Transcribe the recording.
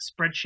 spreadsheet